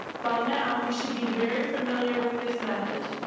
by now you should be very familiar with this method.